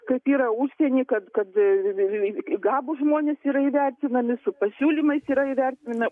kad yra užsienyje kad kad gabūs žmonės yra įvertinami su pasiūlymais yra įvertinami